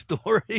story